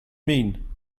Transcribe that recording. mean